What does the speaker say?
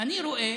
אני רואה